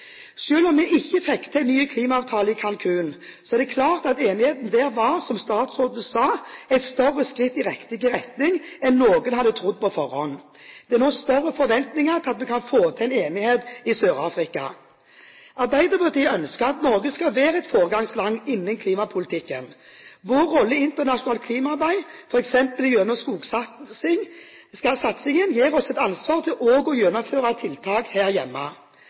om vi ikke fikk en ny klimaavtale i Cancún, er det klart at enigheten der, som statsråden sa, var et større skritt i riktig retning enn noen hadde trodd på forhånd. Det er nå større forventninger til at vi kan få til en enighet i Sør Afrika. Arbeiderpartiet ønsker at Norge skal være et foregangsland i klimapolitikken. Vår rolle i internasjonalt klimaarbeid, f.eks. gjennom skogsatsingen, gir oss et ansvar for også å gjennomføre tiltak her hjemme.